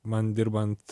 man dirbant